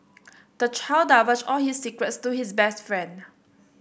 the child divulged all his secrets to his best friend